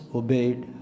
obeyed